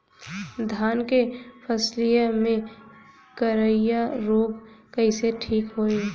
धान क फसलिया मे करईया रोग कईसे ठीक होई?